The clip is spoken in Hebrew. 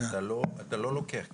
אתה לא לוקח כסף,